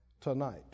Tonight